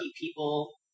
people